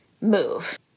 move